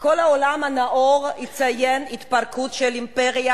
כל העולם הנאור יציין התפרקות של אימפריה,